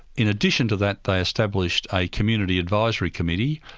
in addition to that they established a community advisory committee.